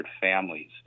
families